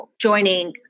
joining